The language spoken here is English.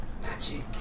Magic